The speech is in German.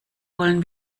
wollen